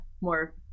more